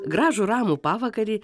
gražų ramų pavakarį